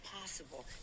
possible